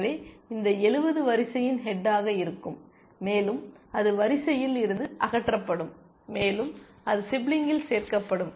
எனவே இந்த 70 வரிசையின் ஹெட்டாக இருக்கும் மேலும் அது வரிசையில் இருந்து அகற்றப்படும் மேலும் அது சிப்லிங்கில் சேர்க்கப்படும்